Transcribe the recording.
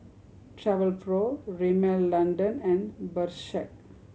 Travelpro Rimmel London and Bershka